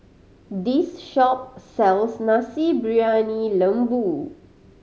this shop sells Nasi Briyani Lembu